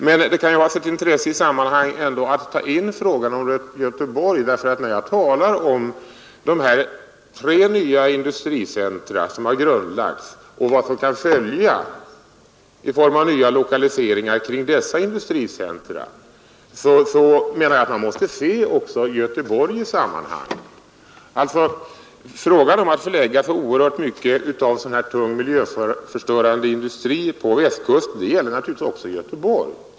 Men det kan ha sitt intresse att i sammanhanget ta in frågan om Göteborg. När jag talar om de tre nya industricentra som har grundlagts och vad som kan följa i form av nya lokaliseringar kring dessa industricentra menar jag att man måste se också Göteborg i sammanhanget. Frågan om att förlägga oerhört tunga, miljöförstörande industrier på Västkusten gäller naturligtvis också Göteborg.